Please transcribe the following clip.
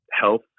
health